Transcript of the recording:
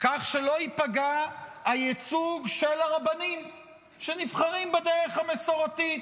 כך שלא ייפגע הייצוג של הרבנים שנבחרים בדרך המסורתית,